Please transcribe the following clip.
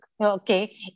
Okay